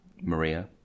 Maria